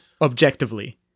objectively